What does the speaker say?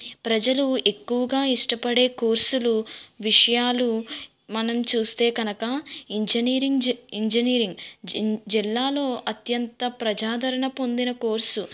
ప్రజలు ఎక్కువగా ఇష్టపడే కోర్సులు విషయాలు మనం చూస్తే కనుక ఇంజనీరింగ్ ఇంజనీరింగ్ జిల్లాలో అత్యంత ప్రజాదరణ పొందిన కోర్సు